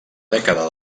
dècada